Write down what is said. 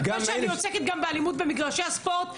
מכיוון שאני עוסקת גם בנושא אלימות במגרשי הספורט,